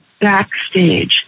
backstage